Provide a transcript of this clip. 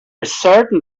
certain